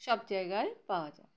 সব জায়গায় পাওয়া যায়